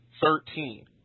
Thirteen